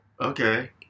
okay